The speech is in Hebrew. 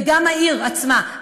וגם העיר עצמה,